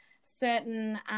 certain